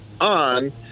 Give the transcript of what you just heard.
on